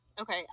Okay